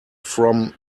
from